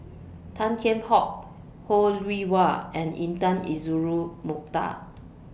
Tan Kheam Hock Ho Rih Hwa and Intan Azura Mokhtar